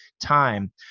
time